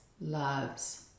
loves